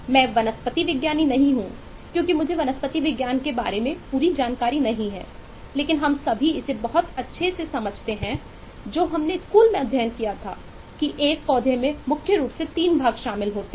मैं वनस्पति विज्ञानी नहीं हूं क्योंकि मुझे वनस्पति विज्ञान के बारे में पूरी जानकारी नहीं है लेकिन हम सभी इसे बहुतअच्छे से समझते हैं जो हमने स्कूल में अध्ययन किया था कि एक पौधे मैं मुख्य रूप से तीन भाग शामिल है